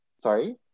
Sorry